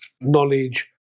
knowledge